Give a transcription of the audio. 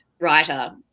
writer